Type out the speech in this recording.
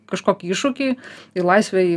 kažkokį iššūkį į laisvę į